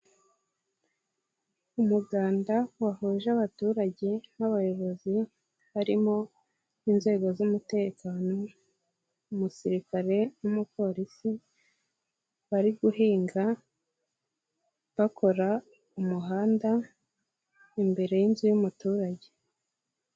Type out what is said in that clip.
umuganda wahuje abaturage n'abayobozi, harimo n'inzego z'umutekano, umusirikare n'umupolisi, bari guhinga bakora umuhanda, imbere y'inzu y'umuturage.